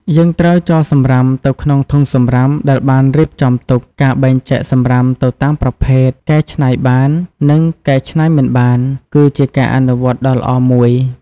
យើងត្រូវចោលសំរាមទៅក្នុងធុងសំរាមដែលបានរៀបចំទុក ការបែងចែកសំរាមទៅតាមប្រភេទ កែច្នៃបាន និងកែច្នៃមិនបាន គឺជាការអនុវត្តដ៏ល្អមួយ។